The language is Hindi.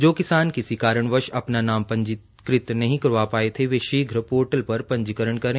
जो किसान किसी कारणवष अपना नाम पंजीकृत नहीं करवा पाए वे शीघ्र पोर्टल पर पंजीकरण करें